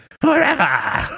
Forever